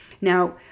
Now